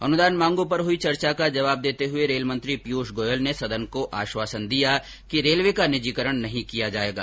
अनुदान मांगों पर हुई चर्चा का जवाब देते हुए रेलमंत्री पीयूष गोयल ने सदन को आश्वासन दिया कि रेलवे का निजीकरण नहीं किया जायेगा